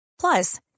Plus